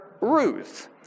Ruth